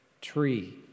tree